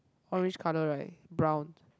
orange colour right brown